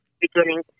beginning